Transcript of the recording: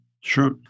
Sure